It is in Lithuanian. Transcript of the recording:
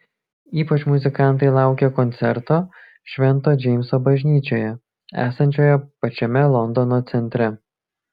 ypač muzikantai laukia koncerto švento džeimso bažnyčioje esančioje pačiame londono centre